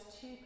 two